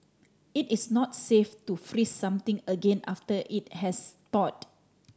it is not safe to freeze something again after it has thawed